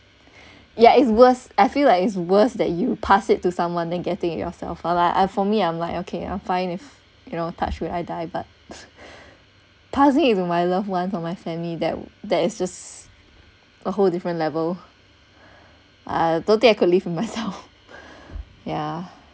ya it's worse I feel like it's worse that you pass it to someone than getting it yourself alive for like for me I'm like okay I'm fine if you know touch wood I die but passing it to my loved one or my family that that it's just a whole different level I don't think I could live with myself yeah